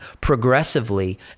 progressively